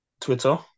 Twitter